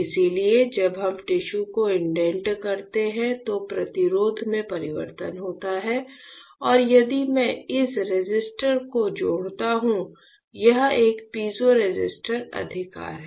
इसलिए जब हम टिश्यू को इंडेंट करते हैं तो प्रतिरोध में परिवर्तन होता है और यदि मैं इस रेसिस्टर को जोड़ता हूं यह एक पीज़ोरेसिस्टर अधिकार है